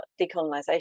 decolonisation